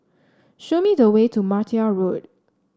show me the way to Martia Road